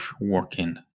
working